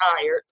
tired